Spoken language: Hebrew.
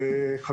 נוספות.